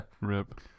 Rip